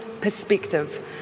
perspective